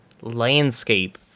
landscape